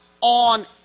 on